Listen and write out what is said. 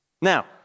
Now